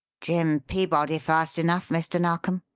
jim peabody fast enough, mr. narkom,